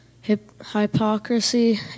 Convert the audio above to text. hypocrisy